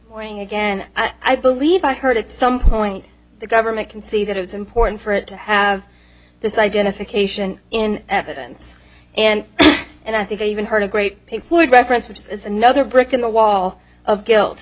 going again i believe i heard at some point the government can see that it was important for it to have this identification in evidence and and i think i even heard a great pink floyd reference which is another brick in the wall of guilt